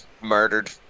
murdered